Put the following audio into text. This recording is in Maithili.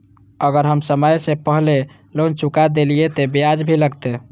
अगर हम समय से पहले लोन चुका देलीय ते ब्याज भी लगते?